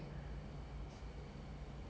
okay